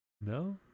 No